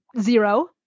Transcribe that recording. zero